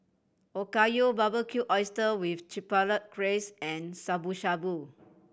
Okayu Barbecued Oyster with Chipotle Glaze and Shabu Shabu